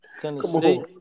Tennessee